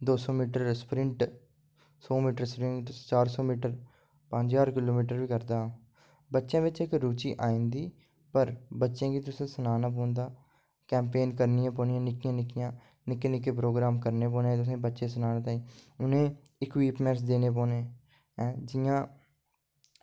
दो सौ metre sprint सौ मीटर स्प्रिंट चार सौ मीटर पंज ज्हार किलोमीटर वी करदा हा बच्चें बिच इक रुचि आई जंदी पर बच्चें गी तुसें सनाना पौंदा कैंपेन करना पौनियां निक्कियां निक्कियां निक्के निक्के प्रोग्राम तुसें करने पौने बच्चें सनाने ताहीं उनें इक्यूपमैंट्स देने पौने हैं जियां